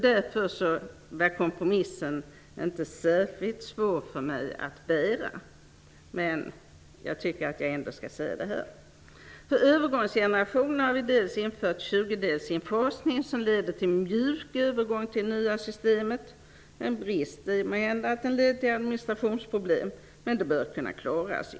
Därför är kompromissen inte särskilt svår att bära för mig. Men jag vill ändå ha detta sagt. För övergångsgenerationen har vi infört en tjugondedelsinfasning som leder till en mjuk övergång till det nya systemet. En brist är måhända att metoden leder till administrationsproblem. Men de bör kunna klaras.